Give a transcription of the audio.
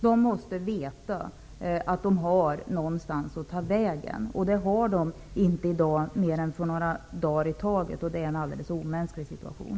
De måste veta att de har någonstans att ta vägen. Det har de inte i dag, mer än för några dagar i taget. Det är en helt omänsklig situation.